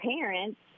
parents